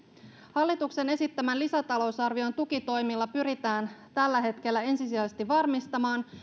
hallituksen esittämän lisätalousarvion tukitoimilla pyritään tällä hetkellä ensisijaisesti varmistamaan